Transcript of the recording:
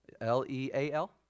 L-E-A-L